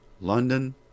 London